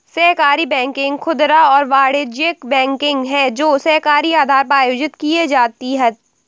सहकारी बैंकिंग खुदरा और वाणिज्यिक बैंकिंग है जो सहकारी आधार पर आयोजित की जाती है